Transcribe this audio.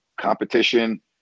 competition